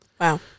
Wow